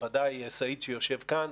בוודאי סעיד שיושב כאן.